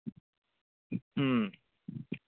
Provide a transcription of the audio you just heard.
ꯎꯝ